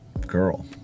girl